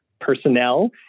personnel